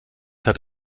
hat